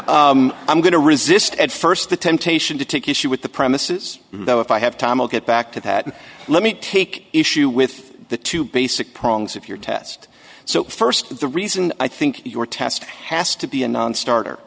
i'm going to resist at first the temptation to take issue with the premises though if i have time i'll get back to that let me take issue with the two basic prongs of your test so first the reason i think your test has to be a nonstarter